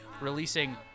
releasing